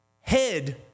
head